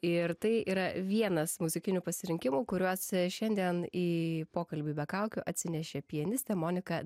ir tai yra vienas muzikinių pasirinkimų kuriuos šiandien į pokalbį be kaukių atsinešė pianistė monika